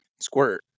squirt